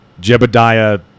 Jebediah